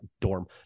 dorm